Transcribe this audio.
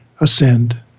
ascend